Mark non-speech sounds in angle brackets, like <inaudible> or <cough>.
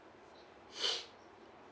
<noise>